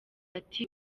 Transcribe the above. ati